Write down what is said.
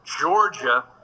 Georgia